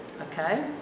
okay